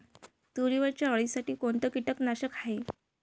तुरीवरच्या अळीसाठी कोनतं कीटकनाशक हाये?